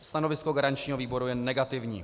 Stanovisko garančního výboru je negativní.